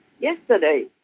yesterday